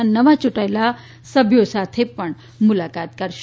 ના નવા ચૂંટાયેલા સભ્યા સાથે મુલાકાત કરશે